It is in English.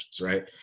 right